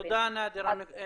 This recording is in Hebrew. תודה, נאדרה.